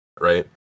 right